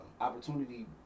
Opportunity